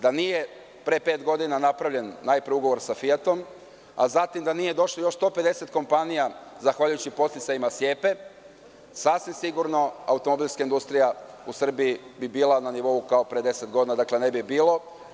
Da nije pre pet godina napravljen najpre ugovor sa „Fijatom“, a zatim da nije došlo još 150 kompanija zahvaljujući podsticajima Sijepe, sasvim sigurno automobilska industrija u Srbiji bi bila na nivou kao pre deset godina, dakle ne bi bilo.